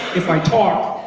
if i talk,